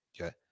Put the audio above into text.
okay